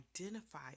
identify